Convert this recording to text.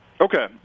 Okay